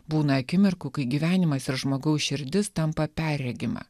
būna akimirkų kai gyvenimas ir žmogaus širdis tampa perregima